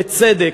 בצדק,